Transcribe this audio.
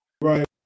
Right